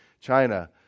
China